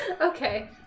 Okay